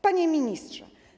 Panie Ministrze!